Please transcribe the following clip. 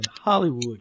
Hollywood